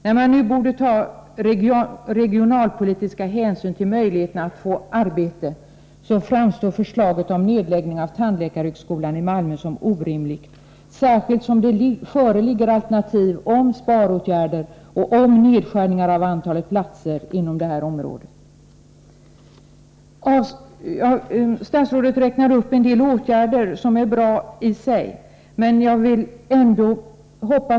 När det nu borde tas regionalpolitiska hänsyn beträffande möjligheterna att få arbete, så framstår förslaget om nedläggning av tandläkarhögskolan i Malmö som orimligt, särskilt som det föreligger alternativ avseende sparåtgärder och avseende nedskärningen av antalet platser inom det här området. Statsrådet räknade upp en del åtgärder som är bra i och för sig, åtgärder som är behövliga utan en eventuell nedläggning av tandläkarhögskolan.